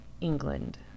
England